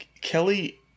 Kelly